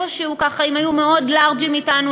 אם היו מאוד לארג'ים אתנו,